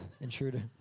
intruder